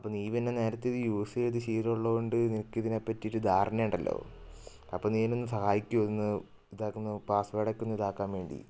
അപ്പം നീ പിന്നെ നേരത്തെ ഇത് യൂസ് ചെയ്ത് ശീലം ഉള്ളതുകൊണ്ട് നിനക്കിതിനെപ്പറ്റി ഒരു ധാരണ ഉണ്ടല്ലോ അപ്പം നീയെന്നെ ഒന്ന് സഹായിക്കുമോ ഇതൊന്ന് ഇതാക്കുന്ന് പാസ്വേഡ് ഒക്കെ ഒന്ന് ഇതാക്കാൻ വേണ്ടി